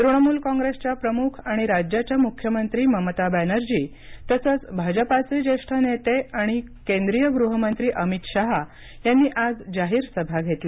तृणमूल काँग्रेसच्या प्रमुख आणि राज्याच्या मुख्यमंत्री ममता बॅनर्जी तसंच भाजपाचे ज्येष्ठ नेते आणि केंद्रीय गृहमंत्री अमित शहा यांनी आज जाहीर सभा घेतल्या